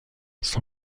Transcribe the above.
son